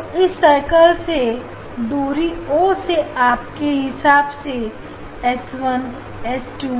और इस सर्कल से दूरी ओ से आपके हिसाब से s1 s2